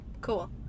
Cool